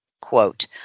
Quote